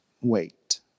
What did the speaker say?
wait